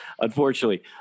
unfortunately